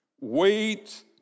Wait